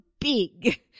big